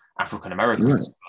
African-Americans